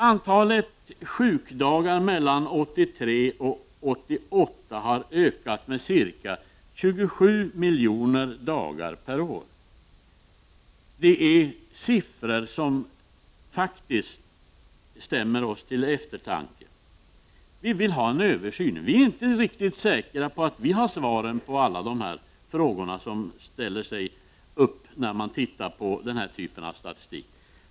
Antalet sjukdagar mellan 1983 och 1988 har ökat med ca 27 miljoner per år. Det är siffror som faktiskt stämmer oss till eftertanke. Vi vill alltså ha en översyn. Vi är inte riktigt säkra på att vi har svaren på alla frågor som infinner sig när man studerar den här typen av statistik.